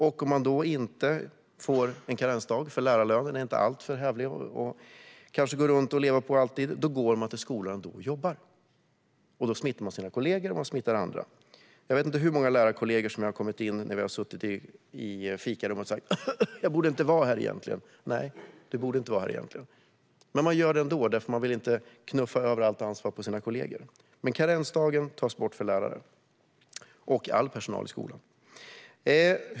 Om man som lärare får en karensdag när man blir sjuk - en lärarlön är inte alltför stor att leva på - går man till skolan ändå och jobbar. Då smittar man sina kollegor och andra. Jag vet inte hur många lärarkollegor som har kommit in i fikarummet och hostat och sagt att de egentligen inte borde vara där. Nej, det borde de egentligen inte vara. Men man gör det ändå, eftersom man inte vill knuffa över allt ansvar på sina kollegor. Men vi föreslår att karensdagen tas bort för lärare och all personal i skolan.